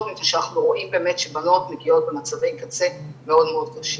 מפני שאנחנו רואים שבנות מגיעות במצבי קצה מאוד מאוד קשים.